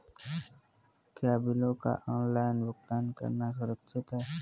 क्या बिलों का ऑनलाइन भुगतान करना सुरक्षित है?